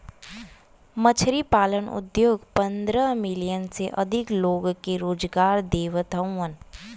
मछरी पालन उद्योग पंद्रह मिलियन से अधिक लोग के रोजगार देवत हउवन